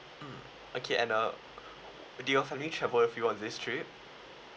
mm okay and uh do your family travel with you on this trip